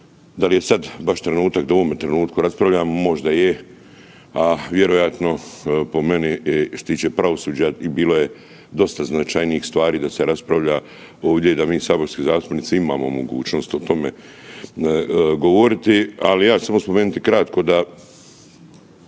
da li je baš sada trenutak da u ovome trenutku raspravljamo, možda je, a vjerojatno po meni što se tiče pravosuđa bilo je dosta značajnijih stvari da se raspravlja ovdje i da mi saborski zastupnici imamo mogućnost o tome govoriti. Ali ja ću spomenuti samo kratko da